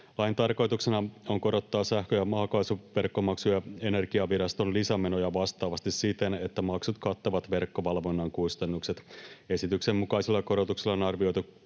Lain tarkoituksena on korottaa sähkö‑ ja maakaasuverkkomaksuja Energiaviraston lisämenoja vastaavasti siten, että maksut kattavat verkkovalvonnan kustannukset. Esityksen mukaisilla korotuksilla on arvioitu